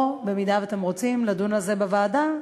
או אם אתם רוצים, לדון על זה בוועדה,